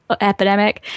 epidemic